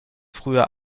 früher